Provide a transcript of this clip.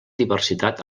diversitat